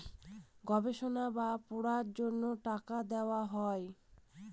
গবেষণা বা পড়ার জন্য টাকা দেওয়া হয়